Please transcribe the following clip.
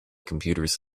computers